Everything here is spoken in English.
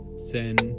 sen,